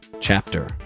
Chapter